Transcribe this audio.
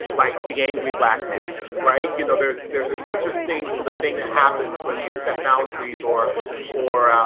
like the angry black man, right, you know, there's there's this interesting sort of thing that happens when we set boundaries or or